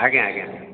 ଆଜ୍ଞା ଆଜ୍ଞା